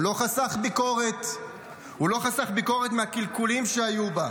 הוא לא חסך ביקורת מהקלקולים שהיו בה,